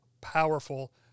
powerful